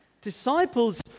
disciples